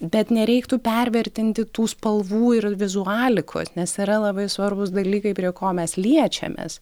bet nereiktų pervertinti tų spalvų ir vizualikos nes yra labai svarbūs dalykai prie ko mes liečiamės